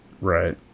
Right